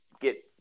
get